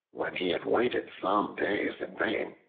when he had waited some days in vain,